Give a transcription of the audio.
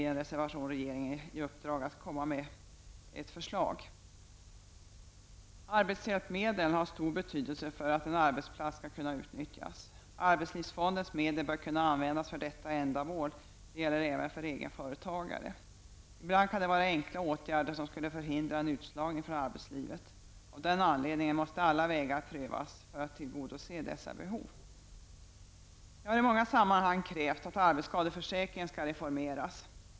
I en reservation ger vi regeringen i uppdrag att lägga fram ett förslag därom. Arbetshjälpmedlen har stor betydelse för att en arbetsplats skall kunna utnyttjas. Arbetslivsfondens medel bör kunna användas för detta ändamål, och det gäller även för egenföretagare. Ibland kan enkla åtgärder förhindra utslagning från arbetslivet. Därför måste alla vägar prövas för att tillgodose behovet av arbetshjälpmedel. Jag har i många sammanhang krävt att arbetsskadeförsäkringen skall reformeras.